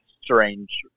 strange